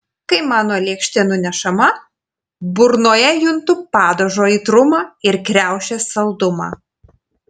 kai mano lėkštė nunešama burnoje juntu padažo aitrumą ir kriaušės saldumą